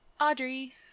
Audrey